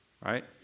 right